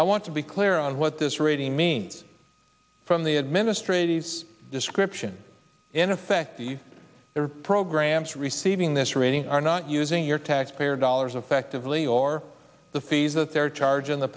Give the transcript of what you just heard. i want to be clear on what this rating means from the administrative description in effect the their programs receiving this rating are not using your taxpayer dollars affectively or the fees that they're charging the